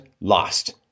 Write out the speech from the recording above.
lost